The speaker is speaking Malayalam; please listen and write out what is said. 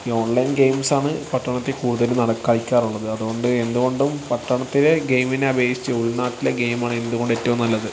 ഈ ഓൺലൈൻ ഗെയിംസ് ആണ് പട്ടണത്തിൽ കൂടുതലും നട കളിക്കാറുള്ളത് അതുകൊണ്ട് എന്തുകൊണ്ടും പട്ടണത്തിലെ ഗെയിമിനെ അപേക്ഷിച്ച് ഉൾനാട്ടിലെ ഗെയിമാണ് എന്തുകൊണ്ടും ഏറ്റവും നല്ലത്